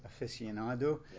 aficionado